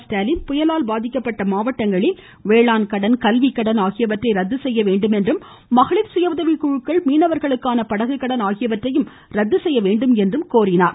ஸ்டாலின் புயலால் பாதிக்கப்பட்ட மாவட்டங்களில் வேளாண் கடன் கல்விக்கடன் ஆகியவற்றை ரத்து செய்ய வேண்டும் என்றும் மகளிர் சுய உதவிக்குழுக்கள் மீனவர்களுக்கான படகுக்கடன் ஆகியவற்றையும் ரத்து செய்ய வேண்டும் என கோரிக்கை விடுத்தார்